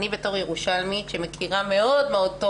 אני כירושלמית שמכירה מאוד מאוד טוב